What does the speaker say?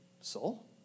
soul